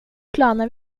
planer